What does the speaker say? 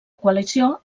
coalició